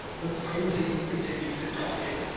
but suppose he continues his talking?